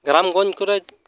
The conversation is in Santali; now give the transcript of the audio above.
ᱜᱨᱟᱢ ᱜᱚᱸᱡᱽ ᱠᱚᱨᱮ